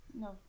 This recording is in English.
No